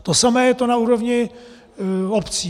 To samé je to na úrovni obcí.